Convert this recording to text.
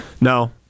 No